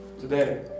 today